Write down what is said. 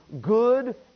good